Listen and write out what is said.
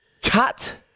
cut